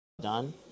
done